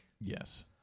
Yes